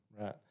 Right